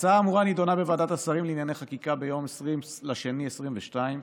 ההצעה האמורה נדונה בוועדת השרים לענייני חקיקה ביום 20 בפברואר 2022,